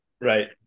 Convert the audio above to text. Right